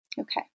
Okay